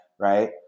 right